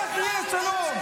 כך יהיה שלום.